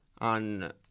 on